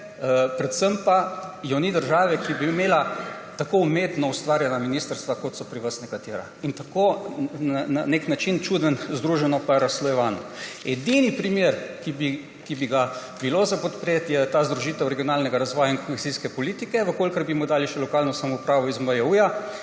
Predvsem pa je ni države, ki bi imela tako umetno ustvarjena ministrstva, kot so pri vas nekatera, in tako na nek način čudno združeno in razslojevano. Edini primer, ki bi ga bilo podpreti, je združitev regionalnega razvoja in kohezijske politike, če bi mu dali še lokalno samoupravo iz MJU